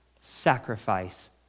sacrifice